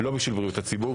לא בשביל בריאות הציבור.